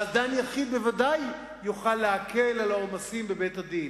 דן יחיד בוודאי יוכל להקל את העומס בבית-הדין.